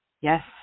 Yes